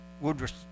woodruff